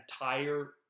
entire